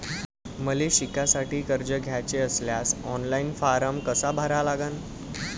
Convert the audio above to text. मले शिकासाठी कर्ज घ्याचे असल्यास ऑनलाईन फारम कसा भरा लागन?